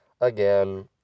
again